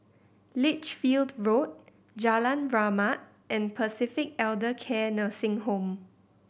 Lichfield Road Jalan Rahmat and Pacific Elder Care Nursing Home